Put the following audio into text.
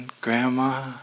grandma